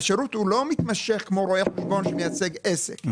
השירות לא מתמשך כמו רואה חשבון שמייצג עסק,